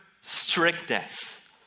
strictness